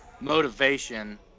motivation